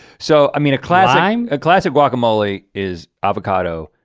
so i mean a classic um ah classic guacamole is avocado,